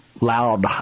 loud